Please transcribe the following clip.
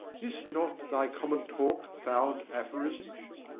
is not thy common talk found aphorisms?